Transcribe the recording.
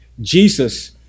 Jesus